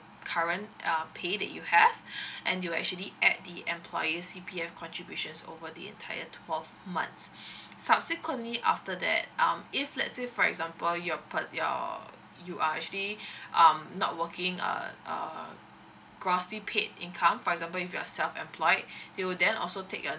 current um pay that you have and they'll actually add the employer's C_P_F contributions over the entire twelve months subsequently after that um if let's say for example you're p~ your you are actually um not working uh uh grossly paid income for example if you're self employed they'll then also take your